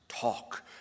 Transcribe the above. Talk